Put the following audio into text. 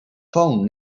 phone